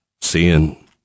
seeing